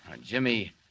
Jimmy